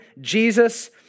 Jesus